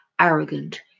Arrogant